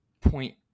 point